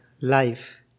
Life